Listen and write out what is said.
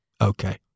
Okay